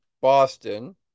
Boston